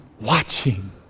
watching